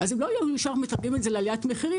אז הם לא היו ישר מתרגמים לעליית מחירים,